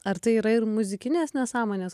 ar tai yra ir muzikinės nesąmonės